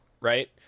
right